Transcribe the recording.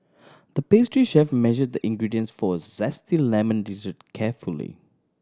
the pastry chef measured the ingredients for a zesty lemon dessert carefully